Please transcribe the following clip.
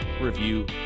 review